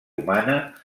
humana